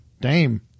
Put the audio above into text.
Dame